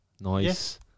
Nice